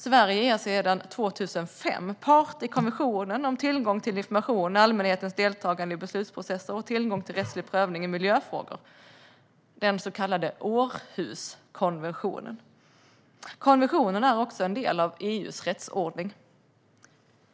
Sverige är sedan 2005 part i konventionen om tillgång till information, allmänhetens deltagande i beslutsprocesser och tillgång till rättslig prövning i miljöfrågor, den så kallade Århuskonventionen. Konventionen är också en del av EU:s rättsordning.